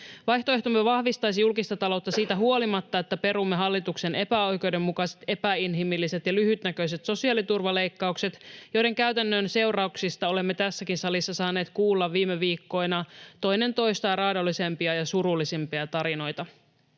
Vaihtoehtomme vahvistaisi julkista taloutta siitä huolimatta, että perumme hallituksen epäoikeudenmukaiset, epäinhimilliset ja lyhytnäköiset sosiaaliturvaleikkaukset, joiden käytännön seurauksista olemme tässäkin salissa saaneet kuulla viime viikkoina toinen toistaan raadollisempia ja surullisempia tarinoita.